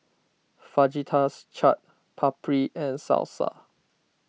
Fajitas Chaat Papri and Salsa